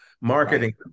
Marketing